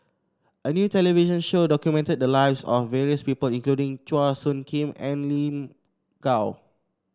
a new television show documented the lives of various people including Chua Soo Khim and Lin Gao